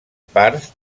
parts